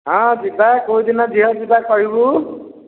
ହଁ ଯିବା କେଉଁଦିନ ଯିବା ସିଧା କହିବୁ